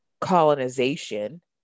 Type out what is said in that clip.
colonization